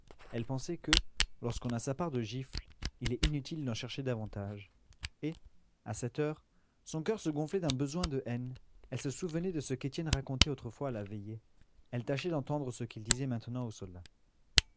elle pensait que lorsqu'on a sa part de gifles il est inutile d'en chercher davantage et à cette heure son coeur se gonflait d'un besoin de haine elle se souvenait de ce qu'étienne racontait autrefois à la veillée elle tâchait d'entendre ce qu'il disait maintenant aux soldats